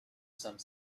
some